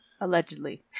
Allegedly